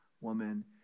woman